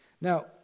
Now